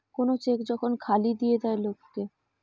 কোন চেক যখন খালি দিয়ে দেয় লোক কে